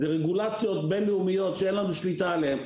זה רגולציות בין לאומיות שאין לנו שליטה עליהן.